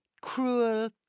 cruel